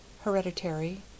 Hereditary